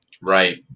Right